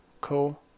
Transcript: cool